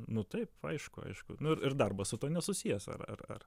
nu taip aišku aišku nu ir ir darbas su tuo nesusijęs ar ar ar